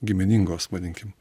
giminingos vadinkim